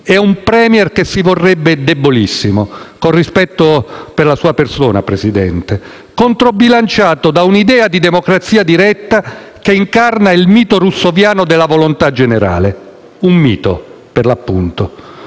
e un *Premier* che si vorrebbe debolissimo (con rispetto per la sua persona, Presidente), controbilanciato da un'idea di democrazia diretta che incarna il mito roussoviano della volontà generale. Un mito, per l'appunto.